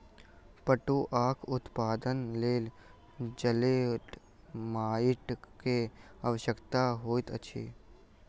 पटुआक उत्पादनक लेल जलोढ़ माइट के आवश्यकता होइत अछि